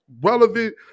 relevant